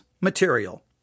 material